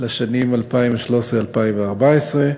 לשנים 2013 ו-2014):